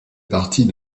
partie